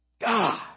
God